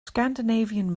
scandinavian